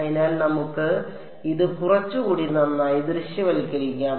അതിനാൽ നമുക്ക് ഇത് കുറച്ചുകൂടി നന്നായി ദൃശ്യവൽക്കരിക്കാം